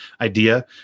idea